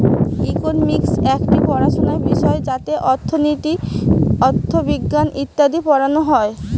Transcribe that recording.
economics একটি পড়াশোনার বিষয় যাতে অর্থনীতি, অথবিজ্ঞান ইত্যাদি পড়ানো হয়